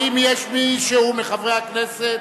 האם יש מישהו מחברי הכנסת